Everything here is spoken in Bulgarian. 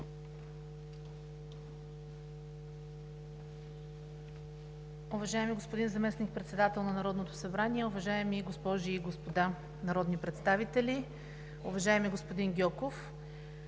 Уважаеми господин Заместник-председател на Народното събрание, уважаеми госпожи и господа народни представители! Уважаеми господин Сиди,